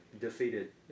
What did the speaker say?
defeated